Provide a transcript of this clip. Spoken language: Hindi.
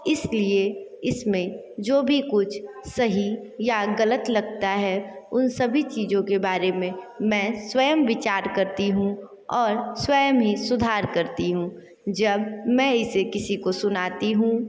इसलिए इसमें जो भी कुछ सही या गलत लगता है उन सभी चीज़ों के बारे में मैं स्वयं विचार करती हूँ और स्वयं ही सुधार करती हूँ जब मैं इसे किसी को सुनाती हूँ